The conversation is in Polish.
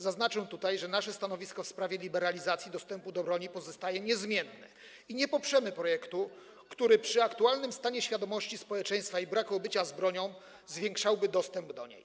Zaznaczam tutaj, że nasze stanowisko w sprawie liberalizacji dostępu do broni pozostaje niezmienne i nie poprzemy projektu, który przy aktualnym stanie świadomości społeczeństwa i braku obycia z bronią zwiększałby dostęp do niej.